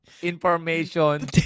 information